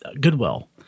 Goodwill